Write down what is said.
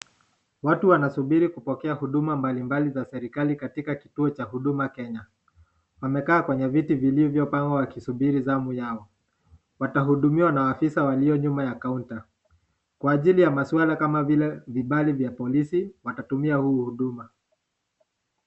Watu wanasubiri kupokea huduma mbalimbali za serikali katika kituo cha huduma Kenya ,wamekaa kwenye viti vilivyo pangwa wakisubiri zamu yao, watahudumiwa na maofisa walio nyuma ya "counter" Kwa ajili ya maswala Kama vile, vibali vya polisi watatumia huu huduma.